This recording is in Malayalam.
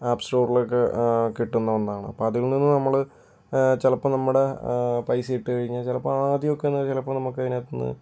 ആപ്പ് സ്റ്റോറിലൊക്കെ കിട്ടുന്ന ഒന്നാണ് അപ്പം അതിൽ നിന്ന് നമ്മൾ ചിലപ്പോൾ നമ്മുടെ പൈസ ഇട്ടു കഴിഞ്ഞാൽ ചിലപ്പോൾ ആദ്യമൊക്കെ ചിലപ്പോൾ നമുക്ക് അതിനകത്ത് നിന്ന്